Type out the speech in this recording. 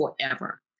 forever